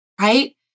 right